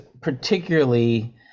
particularly